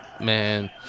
man